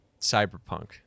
cyberpunk